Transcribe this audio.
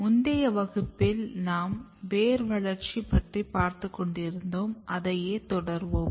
முந்தைய வகுப்பில் நாம் வேர் வளர்ச்சி பற்றி பார்த்துக்கொண்டு இருந்தோம் அதையே தொடர்வோம்